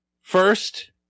first